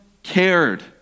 cared